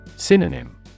Synonym